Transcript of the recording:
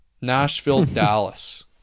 Nashville-Dallas